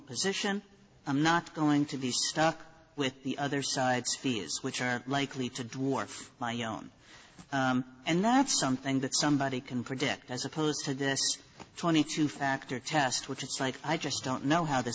position i'm not going to be stuck with the other side's fees which are likely to dwarf my own and that's something that somebody can predict as opposed to this twenty two factor test which is i just don't know how th